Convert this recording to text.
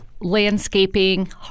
landscaping